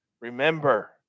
remember